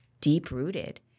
deep-rooted